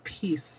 peace